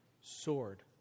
sword